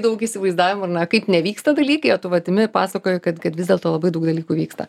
daug įsivaizdavimų ar ne kaip nevyksta dalykai o tu vat imi pasakoji kad kad vis dėlto labai daug dalykų vyksta